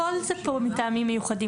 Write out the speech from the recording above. הכול זה פה מטעמים מיוחדים.